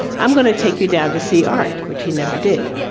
i'm going to take you down to see art, which he never did.